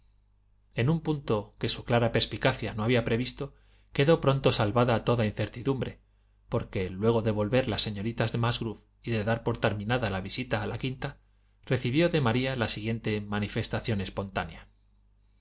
en un punto que su clara perspicacia no había previsto quedó pronto salvada toda incertidumbre porque luego de volver las señoritas de musgrove y de dar por terminada la visita a la quinta recibió de maría la siguiente nianifestación espontánea